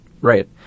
right